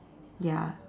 ya